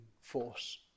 force